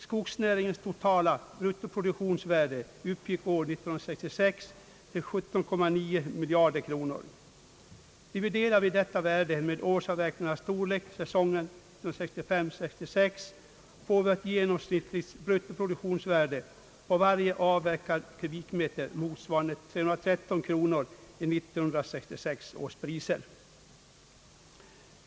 Skogsnäringens totala bruttoproduktionsvärde uppgick år 1966 till 17,9 miljarder kronor. Dividerar vi detta värde med årsavverkningarnas storlek säsongen 1965/66, får vi ett genomsnittligt bruttoproduktionsvärde på varje avverkad kubikmeter motsvarande 313 kronor i 1966 års priser.